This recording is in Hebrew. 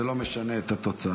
זה לא משנה את התוצאה.